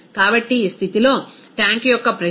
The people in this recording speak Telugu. కాబట్టి ఈ స్థితిలో ట్యాంక్ యొక్క ప్రెజర్ 71